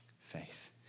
Faith